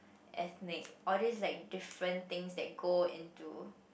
ethics all these like different things that go into